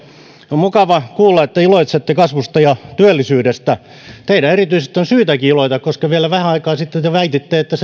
on mukava kuulla että iloitsette kasvusta ja työllisyydestä teidän erityisesti on syytäkin iloita koska vielä vähän aikaa sitten te väititte että